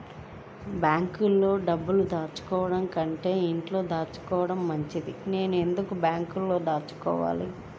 బ్యాంక్లో డబ్బులు దాచుకోవటంకన్నా ఇంట్లో దాచుకోవటం మంచిది నేను ఎందుకు బ్యాంక్లో దాచుకోవాలి?